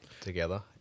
together